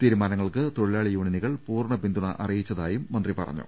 തീരുമാന ങ്ങൾക്ക് തൊഴിലാളി യൂണിയനുകൾ പൂർണ പിന്തുണ അറിയിച്ച തായും മന്ത്രി പറ്റഞ്ഞു